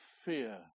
fear